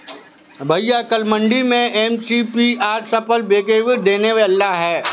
भैया कल मंडी में एम.एस.पी पर फसल बिकेगी दोनों चलते हैं